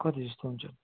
कति जस्तो हुन्छ